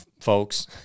Folks